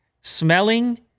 smelling